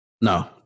no